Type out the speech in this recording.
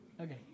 Okay